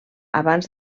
abans